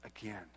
again